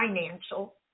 financial